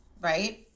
right